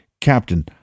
Captain